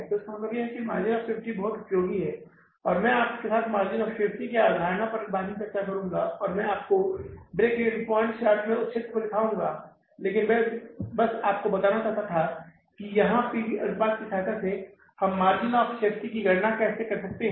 तो इसका मतलब है कि मार्जिन ऑफ़ सेफ्टी बहुत उपयोगी है और मैं आपके साथ मार्जिन ऑफ़ सेफ्टी की अवधारणा पर भी बाद में चर्चा करुंगा और मैं आपको ब्रेक ईवन पॉइंट चार्ट में भी उस क्षेत्र को दिखाऊंगा लेकिन बस मैं आपको बताना चाहता था यहां पी वी अनुपात की सहायता से हम मार्जिन ऑफ़ सेफ्टी की गणना कैसे कर सकते हैं